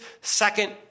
second